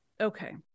Okay